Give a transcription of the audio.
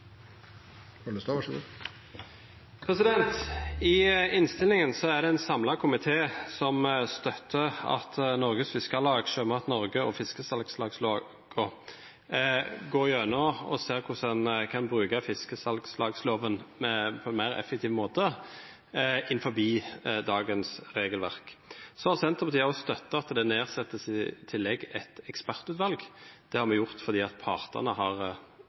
vore gjort så langt. I innstillingen er det en samlet komité som støtter at Norges Fiskarlag, Sjømat Norge og fiskesalgslagene går igjennom og ser på hvordan en kan bruke fiskesalgslagsloven på en mer effektiv måte innenfor dagens regelverk. Så har Senterpartiet også støttet at det i tillegg nedsettes et ekspertutvalg. Det har vi gjort fordi partene har